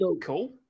cool